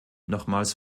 nochmals